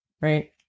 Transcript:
right